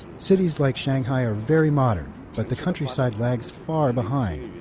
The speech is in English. cities like shanghai are very modern, but the countryside lags far behind.